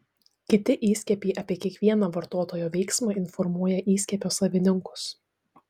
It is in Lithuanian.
kiti įskiepiai apie kiekvieną vartotojo veiksmą informuoja įskiepio savininkus